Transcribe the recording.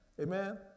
Amen